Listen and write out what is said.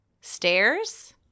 Stairs